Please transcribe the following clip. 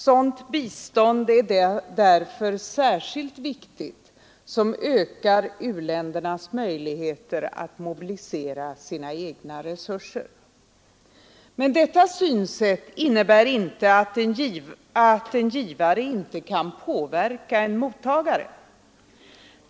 Sådant bistånd är därför särskilt viktigt som ökar u-ländernas möjligheter att mobilisera sina egna resurser. Men detta synsätt innebär inte att en givare inte kan påverka en mottagare.